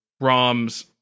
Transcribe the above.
Rom's